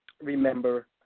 remember